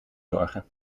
zorgen